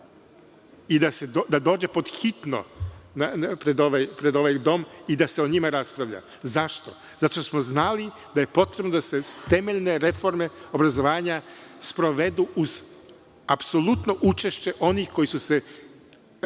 i da dođe pod hitno pred ovaj Dom i da se o njima raspravlja. Zašto? Zato što smo znali da potrebno da se temeljne reforme obrazovanja sprovedu uz apsolutno učešće onih koji su se